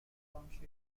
township